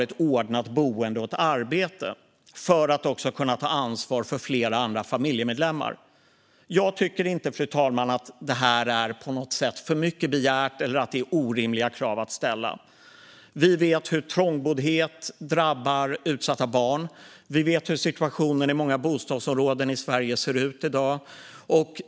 Det behövs om vi vill klara integrationen och situationen i de utsatta områdena. Jag tycker inte, fru talman, att det här på något sätt är för mycket begärt eller att det är orimliga krav att ställa. Vi vet hur trångboddhet drabbar utsatta barn. Vi vet hur situationen i många bostadsområden i Sverige ser ut i dag.